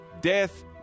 Death